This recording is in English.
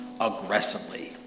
aggressively